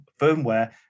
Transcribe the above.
firmware